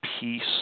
peace